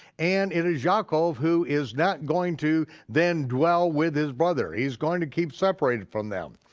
and it is yaakov who is not going to then dwell with his brother, he's going to keep separated from them.